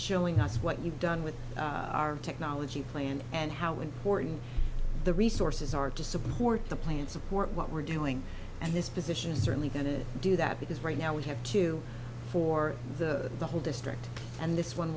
showing us what you've done with our technology plan and how important the resources are to support the plan support what we're doing and this position is certainly going to do that because right now we have two for the the whole district and this one